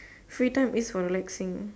free time is for relaxing